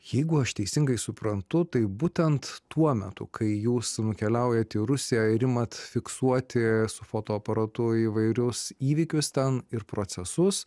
jeigu aš teisingai suprantu tai būtent tuo metu kai jūs nukeliaujat į rusiją ir imat fiksuoti su fotoaparatu įvairius įvykius ten ir procesus